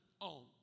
on